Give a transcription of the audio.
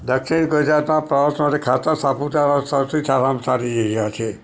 દક્ષિણ ગુજરાતમાં પ્રવાસમાંથી સાપુતારા સૌથી સારામાં સારી એરિયા છે